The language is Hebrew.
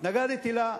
שהתנגדתי לה,